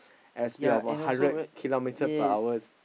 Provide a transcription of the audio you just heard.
at a speed of hundred kilometer per hours